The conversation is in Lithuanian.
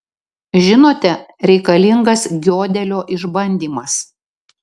žinote reikalingas giodelio išbandymas